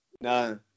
No